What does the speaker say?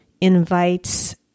invites